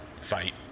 Fight